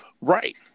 Right